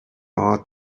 ought